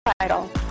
Title